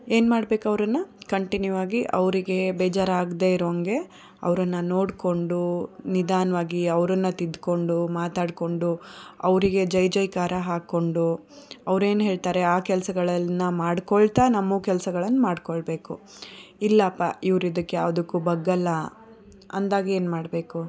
ಏನು ಮಾಡ್ಬೇಕು ಅವರನ್ನು ಕಂಟಿನ್ಯೂ ಆಗಿ ಅವರಿಗೆ ಬೇಜಾರು ಆಗದೇ ಇರೋ ಹಂಗೆ ಅವರನ್ನ ನೋಡಿಕೊಂಡು ನಿಧಾನವಾಗಿ ಅವರನ್ನ ತಿದ್ಕೊಂಡು ಮಾತಾಡಿಕೊಂಡು ಅವರಿಗೆ ಜೈ ಜೈಕಾರ ಹಾಕ್ಕೊಂಡು ಅವರು ಏನು ಹೇಳ್ತಾರೆ ಆ ಕೆಲಸಗಳನ್ನ ಮಾಡ್ಕೊಳ್ತಾ ನಮ್ಮ ಕೆಲ್ಸಗಳನ್ನ ಮಾಡಿಕೊಳ್ಬೇಕು ಇಲ್ಲಪ್ಪ ಇವ್ರು ಇದಕ್ಕೆ ಯಾವ್ದಕ್ಕೂ ಬಗ್ಗೋಲ್ಲ ಅಂದಾಗ ಏನು ಮಾಡಬೇಕು